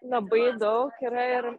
labai daug yra ir